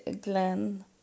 Glenn